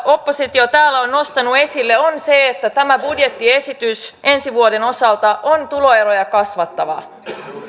oppositio täällä on nostanut esille on se että tämä budjettiesitys ensi vuoden osalta on tuloeroja kasvattava